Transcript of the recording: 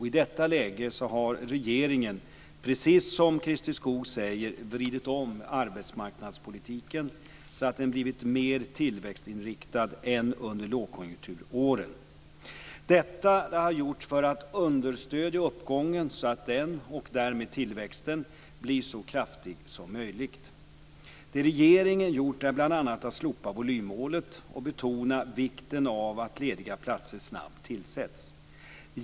I detta läge har regeringen, precis som Christer Skoog säger, vridit om arbetsmarknadspolitiken så att den blivit mer tillväxtinriktad än under lågkonjunkturåren. Detta har gjorts för att understödja uppgången så att den, och därmed tillväxten, blir så kraftig som möjligt. Det regeringen gjort är bl.a. att slopa volymmålet och betona vikten av att lediga platser snabbt tillsätts.